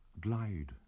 Glide